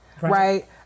Right